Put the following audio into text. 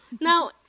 Now